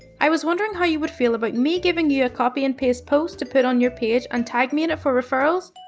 i was wondering how you would feel about me giving you a copy and paste post to put on your page and tag me in it for referrals.